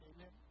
Amen